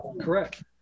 Correct